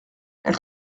elle